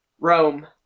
Rome